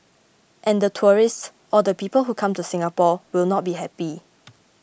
and the tourists or the people who come to Singapore will not be happy